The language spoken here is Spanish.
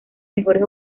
mejores